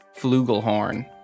Flugelhorn